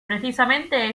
precisamente